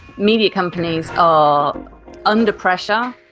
media companies are under pressure,